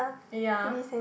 ya